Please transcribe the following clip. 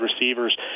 receivers